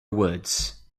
woods